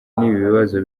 n’ibibazo